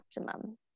optimum